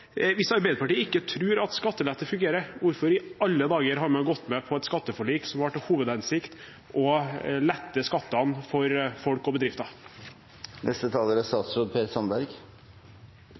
Hvis Arbeiderpartiet ikke tror at skattelette fungerer, hvorfor i alle dager har man gått med på et skatteforlik som har til hovedhensikt å lette skattene for folk og bedrifter? Først til representanten Knag Fylkesnes, som etterlyser tall. Tallene er